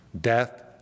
Death